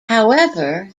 however